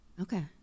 Okay